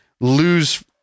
lose